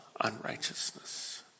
unrighteousness